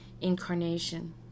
incarnation